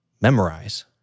memorize